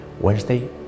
Wednesday